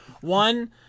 One